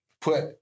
put